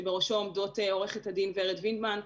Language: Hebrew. בראשו עומדות עורכת הדין ורד וינדמן,